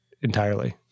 entirely